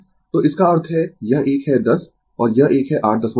तो इसका अर्थ है यह एक है 10 और यह एक है 86